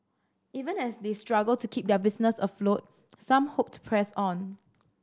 even as they struggle to keep their business afloat some hope to press on